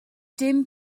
dim